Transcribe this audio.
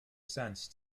sense